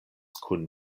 kun